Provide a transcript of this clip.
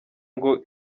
ngo